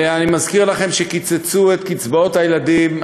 ואני מזכיר לכם שקיצצו את קצבאות הילדים,